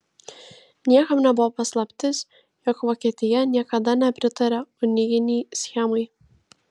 niekam nebuvo paslaptis jog vokietija niekada nepritarė unijinei schemai